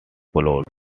plot